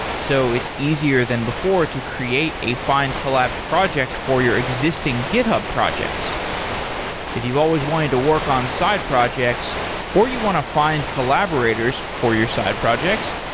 so it's easier than before to create a findcollabs projects for your existing github projects if you've always wanted to work on side projects or you want to find collaborators for your side projects,